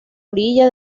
orilla